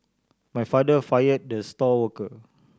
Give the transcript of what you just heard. my father fire the star worker